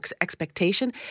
expectation